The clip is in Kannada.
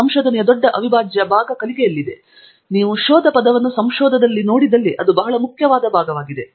ಸಂಶೋಧನೆಯ ದೊಡ್ಡ ಅವಿಭಾಜ್ಯ ಭಾಗ ಕಲಿಕೆ ಇದೆ ನೀವು ಶೋಧ ಪದವನ್ನು ಸಂಶೋಧದಲ್ಲಿ ನೋಡಿದಲ್ಲಿ ಅದು ಬಹಳ ಮುಖ್ಯವಾದ ಭಾಗವಾಗಿದೆ